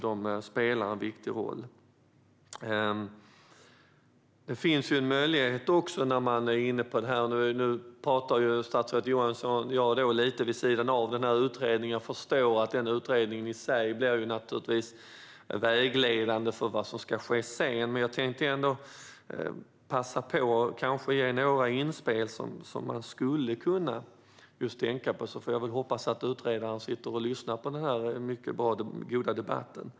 De spelar en viktig roll. Det finns också andra möjligheter när vi är inne på detta. Nu pratar statsrådet Johansson och jag lite vid sidan av utredningen. Jag förstår att utredningen i sig blir vägledande för vad som ska ske sedan. Men jag tänkte ändå passa på att ge några inspel som man skulle kunna tänka på, och så får jag väl hoppas att utredaren sitter och lyssnar på denna mycket goda debatt.